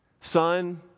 son